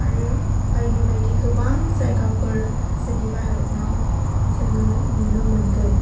आरो बायदि बायदि गोबां जायगाफोर जोंनि भारतआव जोङो नुनो मोनगोन